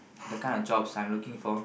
the kind of jobs I'm looking for